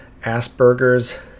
Asperger's